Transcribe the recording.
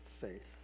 faith